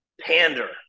pander